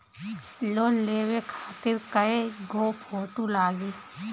Loan लेवे खातिर कै गो फोटो लागी?